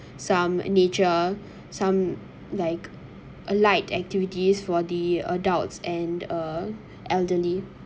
some nature some like a light activities for the adults and uh elderly